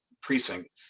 precinct